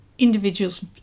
Individuals